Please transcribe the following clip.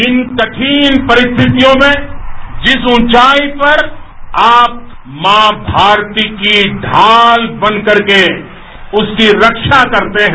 जिन कठिन परिस्थियों में जिस ऊंचाई पर आप मां भारती की ढाल बनकर के उसकी रक्षा करते हैं